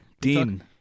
Dean